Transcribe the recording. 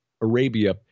Arabia